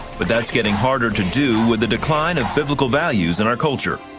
but that's getting harder to do with the decline of biblical values in our culture.